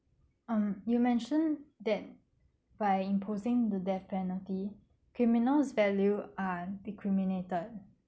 um you mentioned that by imposing the death penalty criminal's value are discriminated